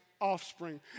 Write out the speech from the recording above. offspring